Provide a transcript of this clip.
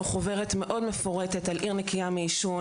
חוברת מאוד מפורטת על עיר נקייה מעישון,